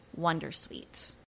Wondersuite